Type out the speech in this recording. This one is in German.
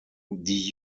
die